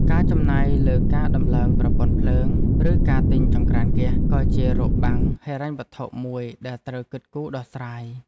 ការចំណាយលើការដំឡើងប្រព័ន្ធភ្លើងឬការទិញចង្ក្រានហ្គាសក៏ជារបាំងហិរញ្ញវត្ថុមួយដែលត្រូវគិតគូរដោះស្រាយ។